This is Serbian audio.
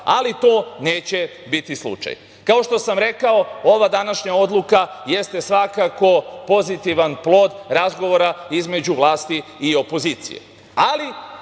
Ali, to neće biti slučaj. Kao što sam rekao, ova današnja odluka jeste svakako pozitivan plod razgovora između vlasti i opozicije.